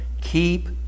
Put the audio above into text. keep